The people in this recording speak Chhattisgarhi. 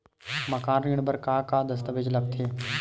मकान ऋण बर का का दस्तावेज लगथे?